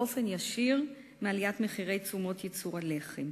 באופן ישיר מעליית מחירי תשומות ייצור הלחם.